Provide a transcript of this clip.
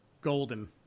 Golden